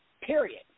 period